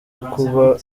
kuba